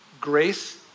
grace